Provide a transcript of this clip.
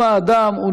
אדוני